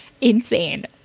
Insane